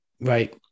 Right